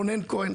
רונן פרץ,